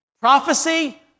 Prophecy